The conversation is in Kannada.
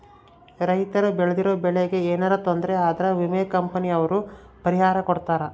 ರೈತರು ಬೆಳ್ದಿರೋ ಬೆಳೆ ಗೆ ಯೆನರ ತೊಂದರೆ ಆದ್ರ ವಿಮೆ ಕಂಪನಿ ಅವ್ರು ಪರಿಹಾರ ಕೊಡ್ತಾರ